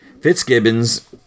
Fitzgibbons